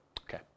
Okay